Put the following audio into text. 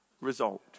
result